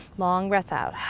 long breath out,